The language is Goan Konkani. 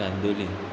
कांदुली